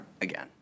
again